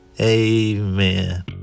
amen